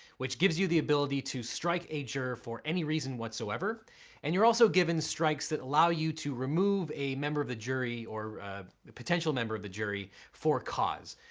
which gives you the ability to strike a juror for any reason whatsoever and you're also given strikes that allow you to remove a member of the jury or a potential member of the jury for a cause.